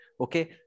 Okay